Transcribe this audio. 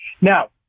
Now